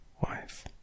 Wife